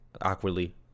awkwardly